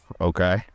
okay